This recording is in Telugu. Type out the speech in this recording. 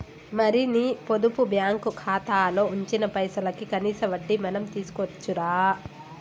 మరి నీ పొదుపు బ్యాంకు ఖాతాలో ఉంచిన పైసలకి కనీస వడ్డీ మనం తీసుకోవచ్చు రా